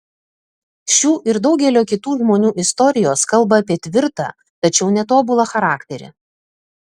šių ir daugelio kitų žmonių istorijos kalba apie tvirtą tačiau netobulą charakterį